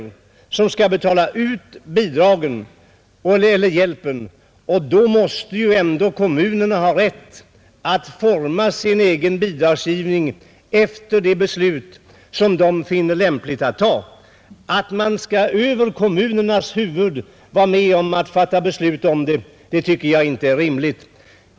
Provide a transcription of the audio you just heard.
Det är de som skall betala ut bidragen och hjälpen, och då måste ändå kommunerna ha rätt att forma sin egen bidragsgivning efter de beslut som de finner lämpliga att fatta. Att man över kommunalmännens huvuden skall vara med om att fatta beslut tycker jag inte är rimligt.